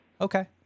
Okay